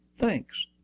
Thanks